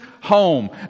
home